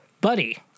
buddy